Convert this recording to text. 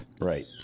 right